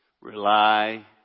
Rely